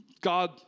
God